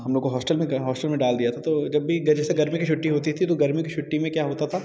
हम लोग को होश्टल में डाल दिया था तो जब भी या जैसे गर्मी की छुट्टी होती थी तो गर्मी की छुट्टी में क्या होता था